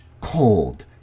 cold